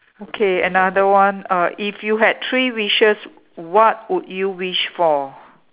okay another one uh if you had three wishes what would you wish for